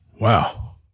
Wow